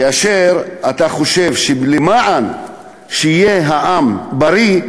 כאשר אתה חושב שלמען יהיה העם בריא,